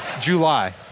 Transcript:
July